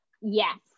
yes